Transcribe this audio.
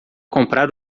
comprar